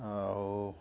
ଆଉ